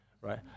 right